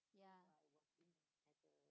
ya